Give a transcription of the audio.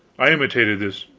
i intimated this,